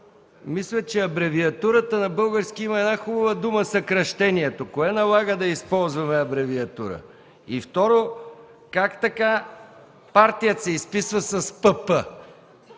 мисля, че за „абревиатура” на български има една хубава дума „съкращението”. Кое налага да използваме „абревиатура”? Второ, как така „партия” се изписва с „ПП”?